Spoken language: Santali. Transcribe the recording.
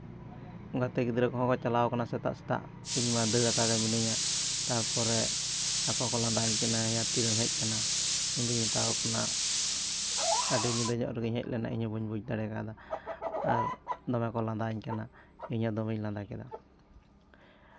ᱜᱟᱛᱮ ᱜᱤᱫᱽᱨᱟᱹ ᱠᱚᱦᱚᱸ ᱠᱚ ᱪᱟᱞᱟᱣ ᱠᱟᱱᱟ ᱥᱮᱛᱟᱜᱼᱥᱮᱛᱟᱜ ᱤᱧ ᱢᱟ ᱫᱟᱹᱲ ᱟᱠᱟᱜᱮ ᱢᱤᱱᱟᱹᱧᱟ ᱛᱟᱨᱯᱚᱨᱮ ᱟᱠᱚ ᱠᱚ ᱞᱟᱸᱫᱟᱣᱟᱹᱧ ᱠᱟᱱᱟ ᱮᱭᱟ ᱛᱤᱨᱮᱢ ᱦᱮᱡ ᱠᱟᱱᱟ ᱤᱧ ᱫᱩᱧ ᱢᱮᱛᱟᱣ ᱠᱚ ᱠᱟᱱᱟ ᱟᱹᱰᱤ ᱧᱤᱫᱟᱹ ᱧᱚᱜ ᱨᱮᱜᱮᱧ ᱦᱮᱡ ᱞᱮᱱᱟ ᱤᱧ ᱦᱚᱸ ᱵᱟᱹᱧ ᱵᱩᱡᱽ ᱫᱟᱲᱮ ᱠᱟᱣᱫᱟ ᱟᱨ ᱫᱚᱢᱮ ᱠᱚ ᱞᱟᱸᱫᱟ ᱟᱹᱧ ᱠᱟᱱᱟ ᱤᱧ ᱦᱚᱸ ᱫᱚᱢᱮᱧ ᱞᱟᱸᱫᱟ ᱠᱮᱫᱟ